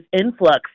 influx